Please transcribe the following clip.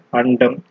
andam